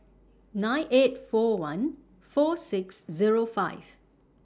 nine eight four one four six Zero five